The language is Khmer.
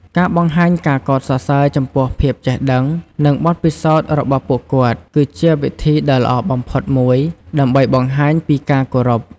ការបង្ហាញការកោតសរសើរចំពោះភាពចេះដឹង និងបទពិសោធន៍របស់ពួកគាត់ គឺជាវិធីដ៏ល្អបំផុតមួយដើម្បីបង្ហាញពីការគោរព។